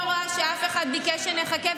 אני רואה שאף אחד לא ביקש שנחכה,